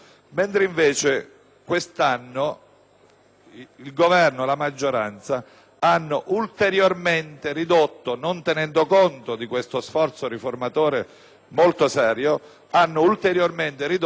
il Governo e la maggioranza hanno ulteriormente ridotto, non tenendo conto di questo sforzo riformatore molto serio, anche il fondo ordinario